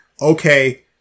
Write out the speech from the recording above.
okay